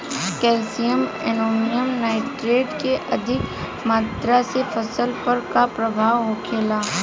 Calcium ammonium nitrate के अधिक मात्रा से फसल पर का प्रभाव होखेला?